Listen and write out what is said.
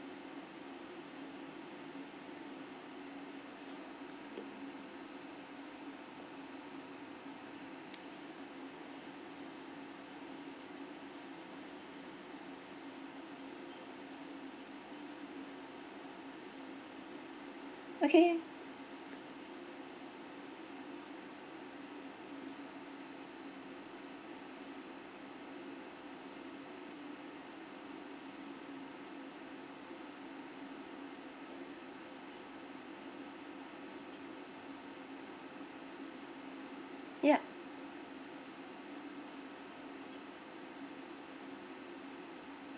okay yup